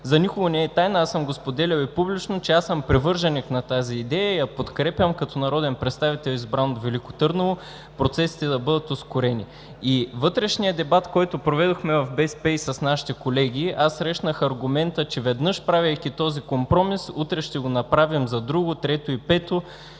За никого не е тайна, аз съм го споделял и публично, че съм привърженик на тази идея и я подкрепям като народен представител, избран от Велико Търново – процесите да бъдат ускорени. Във вътрешния дебат, който проведохме в БСП и с нашите колеги, аз срещнах аргумента, че веднъж правейки този компромис, утре ще го направим за друго, трето и пето